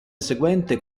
seguente